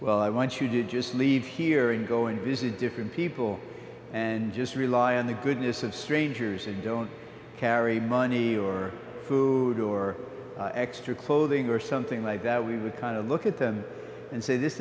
well i want you to just leave here and go and visit different people and just rely on the goodness of strangers and don't carry money or food or extra clothing or something like that we would kind of look at them and say this